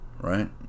right